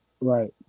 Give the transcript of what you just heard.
Right